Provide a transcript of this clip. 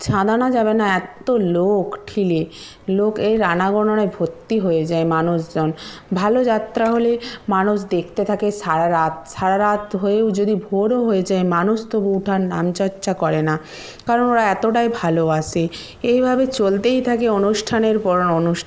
ছাদানো যাবে না এত লোক ঠেলে লোকের আনাগোনায় ভর্তি হয়ে যায় মানুষজন ভালো যাত্রা হলে মানুষ দেখতে থাকে সারা রাত সারা রাত হয়েও যদি ভোরও হয়ে যায় মানুষ তবু ওঠার নাম চর্চা করে না কারণ ওরা এতটাই ভালোবাসে এইভাবে চলতেই থাকে অনুষ্ঠানের পর অনুষ্